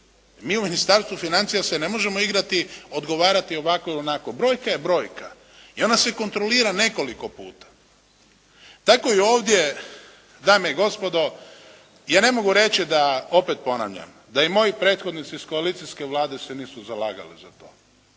Mi u Ministarstvu financija se ne možemo igrati, odgovarati ovako ili onako. Brojka je brojka i ona se kontrolira nekoliko puta. Tako i ovdje dame i gospodo ja ne mogu reći da, opet ponavljam, da i moji prethodnici iz koalicijske Vlade se nisu zalagali za to.